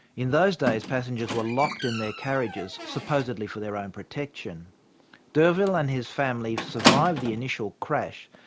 in those days passengers were locked in their carriages supposedly for their own protection d'urville and his family survived the initial crash,